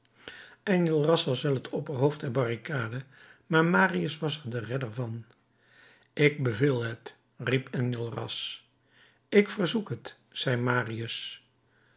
enjolras was wel het opperhoofd der barricade maar marius was er de redder van ik beveel het riep enjolras ik verzoek het zei marius